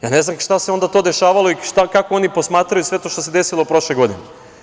Ja ne znam šta se to onda dešavalo i kako oni posmatraju sve to što se desilo prošle godine?